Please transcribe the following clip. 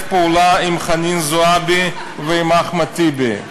פעולה עם חנין זועבי ועם אחמד טיבי.